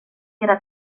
era